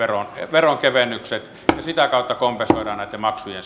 veronkevennykset ja ja sitä kautta kompensoidaan näitä maksujen